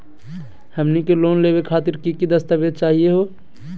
हमनी के लोन लेवे खातीर की की दस्तावेज चाहीयो हो?